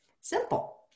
Simple